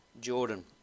Jordan